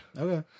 Okay